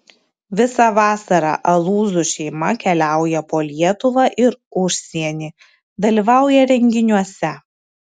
visą vasarą alūzų šeima keliauja po lietuvą ir užsienį dalyvauja renginiuose